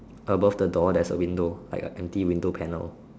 above the door there's a window like a empty window panel